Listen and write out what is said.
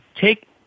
take